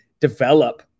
develop